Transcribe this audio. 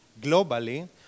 globally